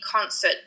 concert